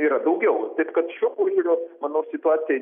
yra daugiau taip kad šiuo požiūriu manau situacija